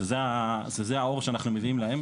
שזה האור שאנחנו מביאים להם,